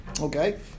Okay